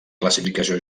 classificació